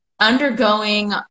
undergoing